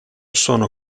sono